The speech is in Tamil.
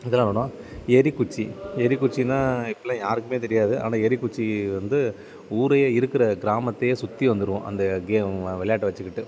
இதெல்லாம் விளாடுவோம் எறிகுச்சி எறிகுச்சின்னா இப்போல்லாம் யாருக்குமே தெரியாது ஆனால் எறிகுச்சி வந்து ஊரே இருக்கிற கிராமத்தையே சுற்றி வந்திருவோம் அந்த கே விளையாட்ட வச்சிக்கிட்டு